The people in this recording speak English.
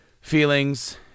Feelings